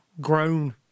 grown